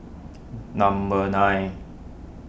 number nine